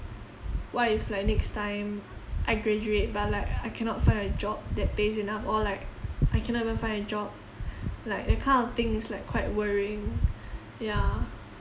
what if like next time I graduate but like I cannot get a job that pays enough or like I cannot even find a job like that kind of thing is like worrying yeah